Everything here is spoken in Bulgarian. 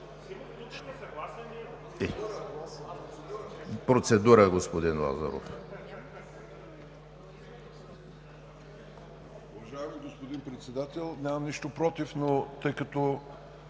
Процедура – господин Лазаров.